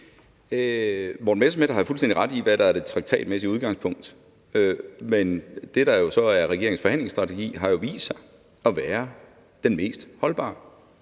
Morten Messerschmidt har jo fuldstændig ret i, hvad der er det traktatmæssige udgangspunkt, men det, der så er regeringens forhandlingsstrategi, har jo vist sig at være den mest holdbare.